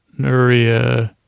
Nuria